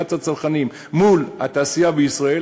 טובת הצרכנים מול התעשייה בישראל,